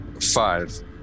Five